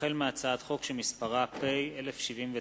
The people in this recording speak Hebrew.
החל בהצעת חוק שמספרה פ/1079/18